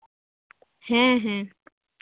ᱦᱮᱸ ᱦᱮᱸ